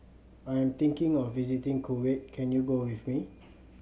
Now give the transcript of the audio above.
I am thinking of visiting Kuwait can you go with me